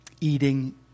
eating